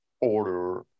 order